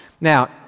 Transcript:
Now